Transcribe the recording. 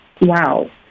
Wow